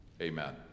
Amen